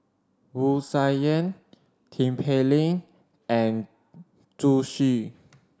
Wu Tsai Yen Tin Pei Ling and Zhu Xu